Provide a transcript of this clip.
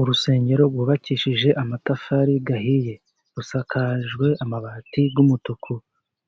Urusengero rwubakishije amatafari ahiye rusakajwe amabati y'umutuku,